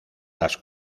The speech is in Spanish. las